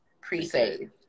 pre-save